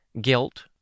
Guilt